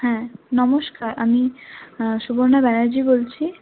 হ্যাঁ নমস্কার আমি সুবর্ণা ব্যানার্জি বলছি